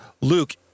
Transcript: Luke